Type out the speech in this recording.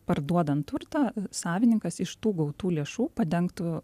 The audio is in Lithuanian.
parduodant turtą savininkas iš tų gautų lėšų padengtų